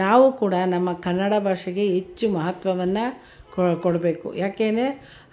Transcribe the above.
ನಾವು ಕೂಡ ನಮ್ಮ ಕನ್ನಡ ಭಾಷೆಗೆ ಹೆಚ್ಚು ಮಹತ್ವವನ್ನು ಕೊಡಬೇಕು ಯಾಕೆಂದರೆ